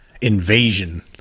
invasion